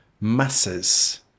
masses